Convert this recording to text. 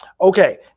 Okay